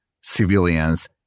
civilians